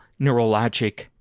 neurologic